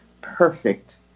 perfect